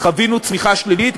חווינו צמיחה שלילית,